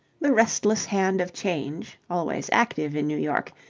the restless hand of change, always active in new york,